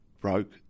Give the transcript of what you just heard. broke